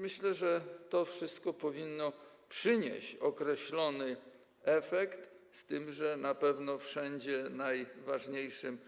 Myślę, że to wszystko powinno przynieść określony efekt, z tym że na pewno wszędzie najważniejszym